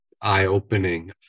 eye-opening